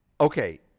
Okay